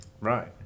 Right